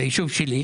היישוב שלי,